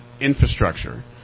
infrastructure